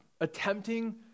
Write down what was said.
attempting